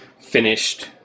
finished